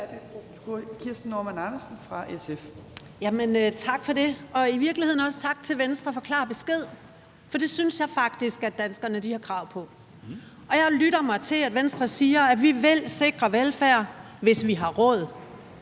Tak for det, og i virkeligheden også tak til Venstre for at give klar besked, for det synes jeg faktisk at danskerne har krav på. Det, jeg lytter mig til at Venstre siger, er: Vi vil sikre velfærd, hvis vi har råd